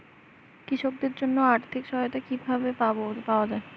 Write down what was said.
কৃষকদের জন্য আর্থিক সহায়তা কিভাবে পাওয়া য়ায়?